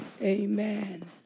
amen